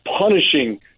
punishing